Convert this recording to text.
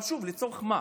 אבל שוב, לצורך מה?